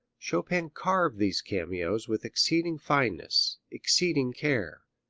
chopin carved these cameos with exceeding fineness, exceeding care.